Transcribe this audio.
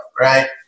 right